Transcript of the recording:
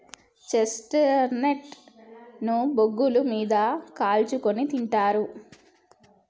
chestnut ను బొగ్గుల మీద కాల్చుకుని తింటారు